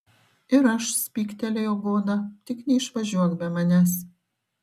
ir aš spygtelėjo goda tik neišvažiuok be manęs